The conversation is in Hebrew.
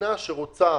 מדינה שרוצה